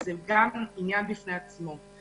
זה גם עניין בפני עצמו.